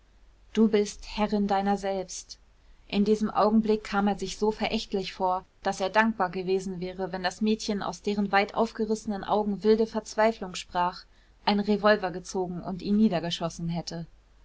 du bist herrin deiner selbst in diesem augenblick kam er sich so verächtlich vor daß er dankbar gewesen wäre wenn das mädchen aus deren weit aufgerissenen augen wilde verzweiflung sprach einen revolver gezogen und ihn niedergeschossen hätte